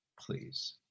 please